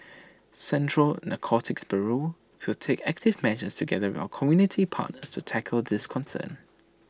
central narcotics bureau will take active measures together with our community partners to tackle this concern